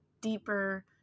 deeper